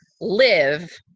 live